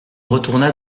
retourna